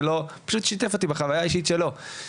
ולא פשוט שיתף אותי בחוויה האישית שלו.